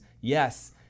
yes